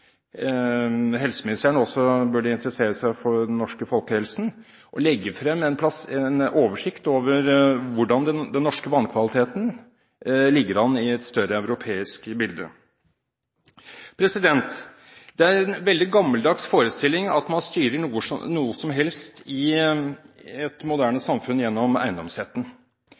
helseministeren også burde interesse seg for den norske folkehelsen, til å legge frem en oversikt over hvordan den norske vannkvaliteten ligger an i et større europeisk bilde. Det er en veldig gammeldags forestilling at man styrer noe som helst i et moderne samfunn gjennom eiendomsretten.